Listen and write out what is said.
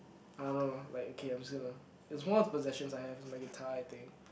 I don't know like okay I'm just gonna it's one of the possessions I have is my guitar I think